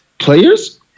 players